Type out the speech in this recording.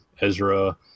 Ezra